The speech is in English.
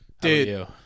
Dude